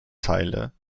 teile